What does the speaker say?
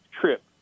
trip